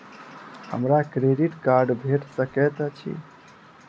हमरा credit card भेट सकैत अछि?